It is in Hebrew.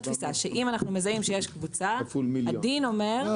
שאם אנחנו מזהים שיש קבוצה הדין אומר ש --- לא,